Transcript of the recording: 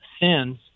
sins